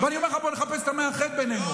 ואני אומר לך, בוא נחפש את המאחד בינינו.